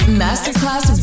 masterclass